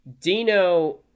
Dino